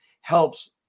helps